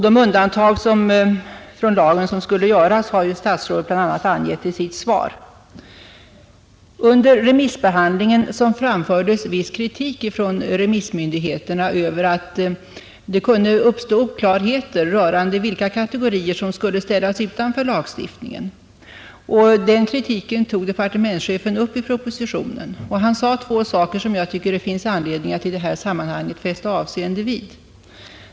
De undantag från lagen som skulle göras har ju statsrådet här också angivit i sitt svar. Under denna frågas remissbehandling framförde remissmyndigheterna viss kritik över att det kunde uppstå oklarheter rörande vilka kategorier som skulle ställas utanför lagstiftningen. Departementschefen tog upp den kritiken i propositionen och sade då två saker, som jag tycker att det i detta sammanhang finns anledning att fästa avseende vid.